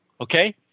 okay